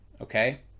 okay